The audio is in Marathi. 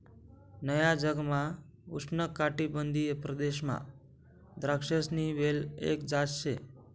नया जगमा उष्णकाटिबंधीय प्रदेशमा द्राक्षसनी वेल एक जात शे